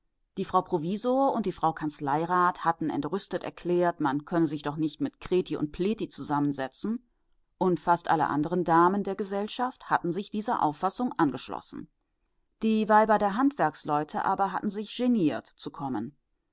die frau provisor und die frau kanzleirat hatten entrüstet erklärt man könne sich doch nicht mit krethi und plethi zusammensetzen und fast alle anderen damen der gesellschaft hatten sich dieser auffassung angeschlossen die weiber der handwerksleute aber hatten sich geniert zu kommen